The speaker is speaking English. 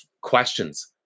questions